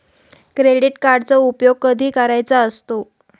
Credit कार्डचा उपयोग कधी करायचा असतो?